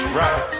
right